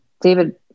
David